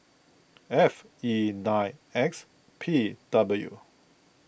F E nine X P W